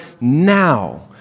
now